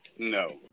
No